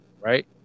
Right